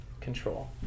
control